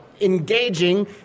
engaging